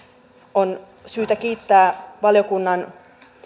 on syytä kiittää valiokunnan